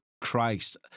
Christ